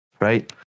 right